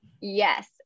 Yes